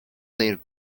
their